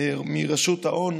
מרשות ההון.